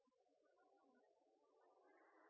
politifolk ut i